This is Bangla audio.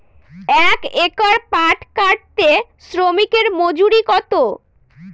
এক একর পাট কাটতে শ্রমিকের মজুরি কত?